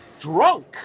Drunk